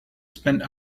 spend